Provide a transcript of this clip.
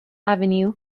avenue